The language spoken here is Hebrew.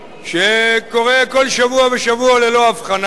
שקורה כל שבוע ושבוע ללא הבחנה,